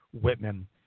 Whitman